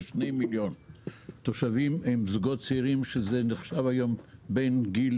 זוגו צעיר נחשב היום בין גיל